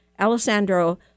Alessandro